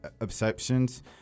exceptions